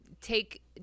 take